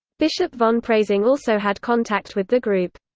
bishop von preysing also had contact with the group.